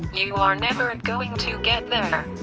you are never going to get there